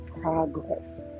progress